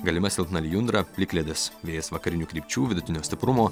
galima silpna lijundra plikledis vėjas vakarinių krypčių vidutinio stiprumo